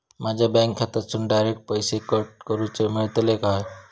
माझ्या बँक खात्यासून डायरेक्ट पैसे कट करूक मेलतले काय?